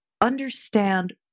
understand